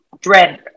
dread